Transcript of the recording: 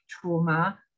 trauma